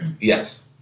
yes